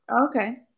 okay